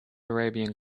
arabian